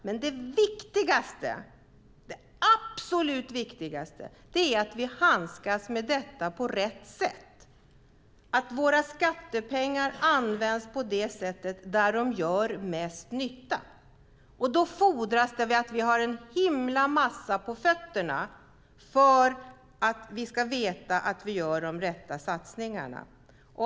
Men det absolut viktigaste är att vi handskas med detta på rätt sätt, att våra skattepengar används där de gör mest nytta. Då fordras det att vi har en himla massa på fötterna för att vi ska veta att vi gör de rätta satsningarna.